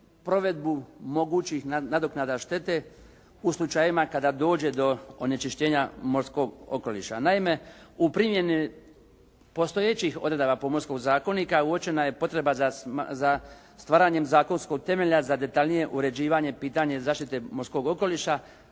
provedbu mogućih nadoknada štete u slučajevima kada dođe do onečišćenja morskog okoliša. Naime, u primjeni postojećih odredaba Pomorskog zakonika uočena je potreba za stvaranjem zakonskog temelja za detaljnije uređivanje pitanja zaštite morskog okoliša